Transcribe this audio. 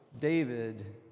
David